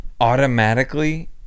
automatically